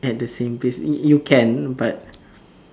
at the same place you you can but